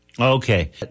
Okay